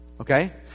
Okay